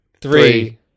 three